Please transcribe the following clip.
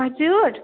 हजुर